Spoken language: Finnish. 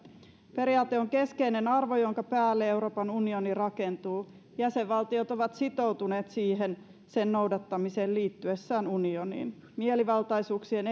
periaate on keskeinen arvo jonka päälle euroopan unioni rakentuu jäsenvaltiot ovat sitoutuneet sen noudattamiseen liittyessään unioniin mielivaltaisuuksien